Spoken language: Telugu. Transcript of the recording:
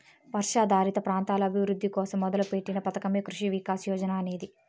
వర్షాధారిత ప్రాంతాల అభివృద్ధి కోసం మొదలుపెట్టిన పథకమే కృషి వికాస్ యోజన అనేది